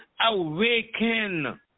awaken